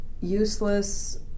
useless